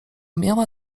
miała